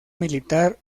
militar